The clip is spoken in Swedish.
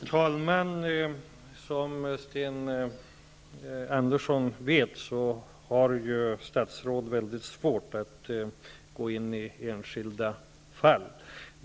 Herr talman! Sten Andersson i Malmö vet att jag som statsråd inte kan gå in på enskilda fall.